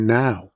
now